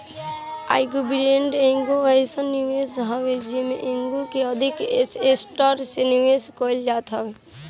hybrid एगो अइसन निवेश हवे जेमे एगो से अधिक एसेट में निवेश कईल जात हवे